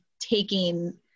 taking